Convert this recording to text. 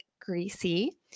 Greasy